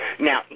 Now